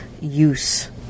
use